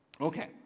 okay